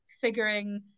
figuring